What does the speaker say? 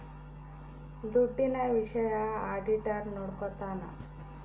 ದುಡ್ಡಿನ ವಿಷಯ ಆಡಿಟರ್ ನೋಡ್ಕೊತನ